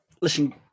listen